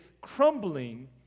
crumbling